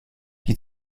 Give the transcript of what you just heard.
die